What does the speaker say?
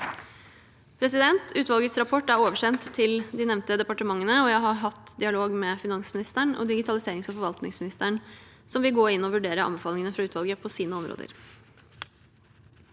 budsjettåret. Utvalgets rapport er oversendt til de nevnte departementene, og jeg har hatt dialog med finansministeren og digitaliserings- og forvaltningsministeren, som vil gå inn og vurdere anbefalingene fra utvalget på sine områder.